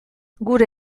gure